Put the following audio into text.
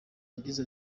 yagize